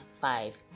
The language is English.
five